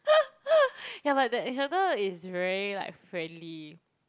ya but the instructor is very like friendly